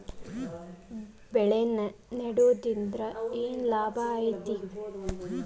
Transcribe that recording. ಬೆಳೆ ನೆಡುದ್ರಿಂದ ಏನ್ ಲಾಭ ಐತಿ?